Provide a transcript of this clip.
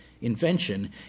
invention